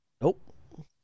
Nope